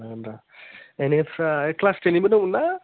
लांनांगोन र' बेनिफ्राय क्लास टेननिबो दं ना